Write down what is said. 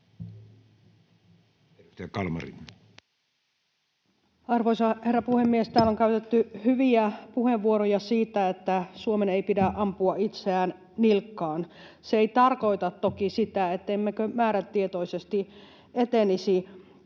Arvoisa herra puhemies! Täällä on käytetty hyviä puheenvuoroja siitä, että Suomen ei pidä ampua itseään nilkkaan. Se ei toki tarkoita sitä, ettemmekö määrätietoisesti etenisi